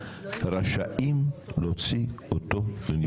רשאים להוציא אותו לנבצרות.